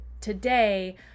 today